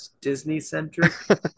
disney-centric